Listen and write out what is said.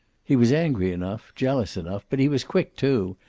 he was angry enough, jealous enough. but he was quick, too,